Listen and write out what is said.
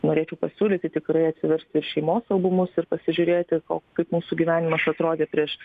norėčiau pasiūlyti tikrai atsiversti ir šeimos albumus ir pasižiūrėti ko kaip mūsų gyvenimas atrodė prieš